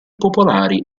popolari